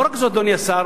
לא רק זאת, אדוני השר,